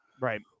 Right